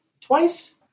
twice